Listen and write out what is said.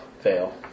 Fail